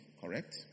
correct